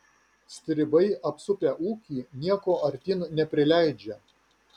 stribai apsupę ūkį nieko artyn neprileidžia